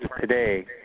today